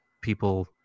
people